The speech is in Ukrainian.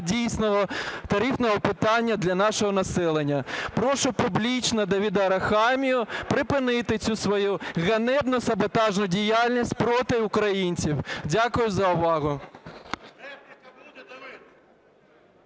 дійсно тарифного питання для нашого населення. Прошу публічно Давида Арахамію припинити цю свою ганебну саботажну діяльність проти українців. Дякую за увагу.